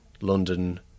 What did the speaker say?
London